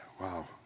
Wow